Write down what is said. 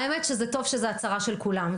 האמת שזה טוב שזו הצרה של כולם.